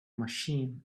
machine